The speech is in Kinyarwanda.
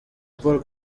paul